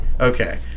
okay